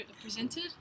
presented